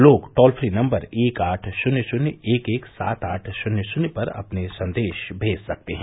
लोग toll free number एक आठ शून्य शून्य एक एक सात आठ शून्य शून्य पर अपने संदेश भेज सकते हैं